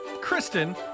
Kristen